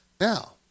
Now